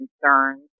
concerns